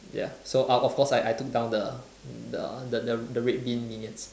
ya so of of course I I took down the the the the red bean minions